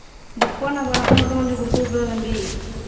book பண்ண பணத்தை மட்டும் கொஞ்சம் கொடுத்து விட்ருங்க தம்பி